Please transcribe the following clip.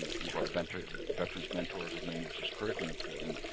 we brought veterans um veterans mentors of maine, which is critically important.